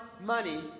money